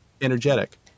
energetic